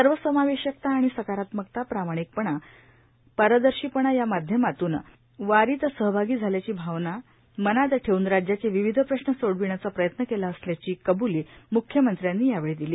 सर्वसमावेशकता आणि सकारात्मकता प्रामाणिकता पारदर्शीपणा या माध्यमातून वारीत सहभागी झाल्याची भावना मनात ठेवून राज्याचे विविध प्रश्न सोडविण्याचा प्रयत्न केला असल्याची कब्ली म्ख्यमंत्र्यांनी यावेळी दिली